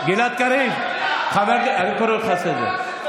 גלעד קריב, אני קורא אותך לסדר.